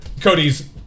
Cody's